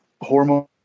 hormone